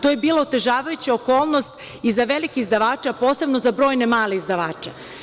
To je bila otežavajuća okolnost za velike izdavače, a posebno za brojne male izdavače.